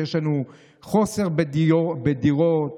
שיש לנו חוסר בדירות,